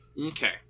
Okay